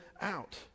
out